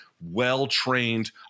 well-trained